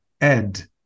ed